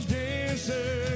dancer